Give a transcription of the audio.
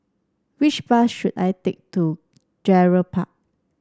which bus should I take to Gerald Park